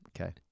Okay